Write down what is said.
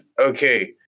Okay